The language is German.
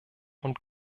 und